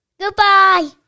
Goodbye